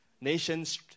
Nations